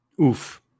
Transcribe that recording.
Oof